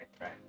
Right